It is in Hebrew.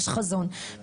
יש חזון,